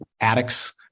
addicts